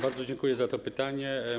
Bardzo dziękuję za to pytanie.